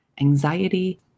anxiety